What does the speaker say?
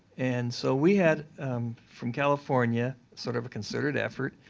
and so, we had from california, sort of a concerted effort,